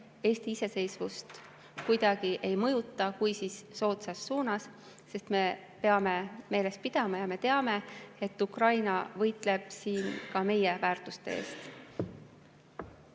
Eesti iseseisvust kuidagi ei mõjuta. Kui, siis soodsas suunas, sest me peame meeles pidama ja me teame, et Ukraina võitleb ka meie väärtuste eest.